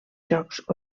jocs